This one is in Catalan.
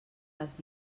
les